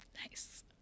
Nice